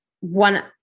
one